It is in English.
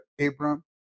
Abram